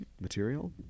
material